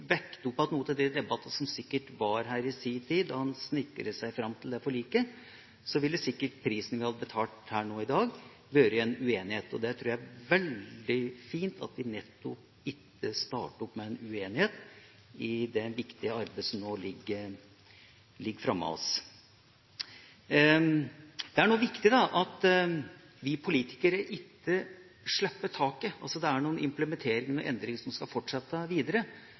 debattene man sikkert hadde her i sin tid, da en snekret seg fram til det forliket, ville sikkert prisen vi hadde betalt her i dag, vært uenighet. Det er veldig fint at vi ikke starter med nettopp uenighet i det viktige arbeidet som nå ligger framfor oss. Det er viktig at vi politikere ikke slipper taket. Det er noen implementeringer og endringer som vi skal fortsette